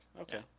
Okay